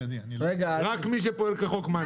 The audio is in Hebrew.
רק מי שפועל כחוק מענישים.